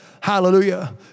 Hallelujah